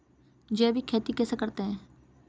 जैविक खेती कैसे करते हैं?